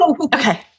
Okay